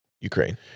Ukraine